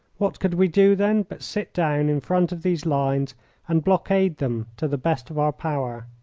what could we do, then, but sit down in front of these lines and blockade them to the best of our power?